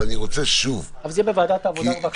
אבל זה יהיה בוועדת העבודה, הרווחה והבריאות.